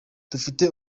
dufite